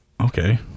okay